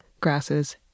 grasses